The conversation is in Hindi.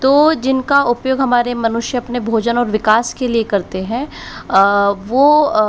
तो जिनका उपयोग हमारे मनुष्य अपने भोजन और विकास के लिए करते हैं वह